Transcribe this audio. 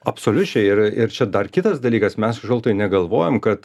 absoliučiai ir ir čia dar kitas dalykas mes kažkodėl tai negalvojam kad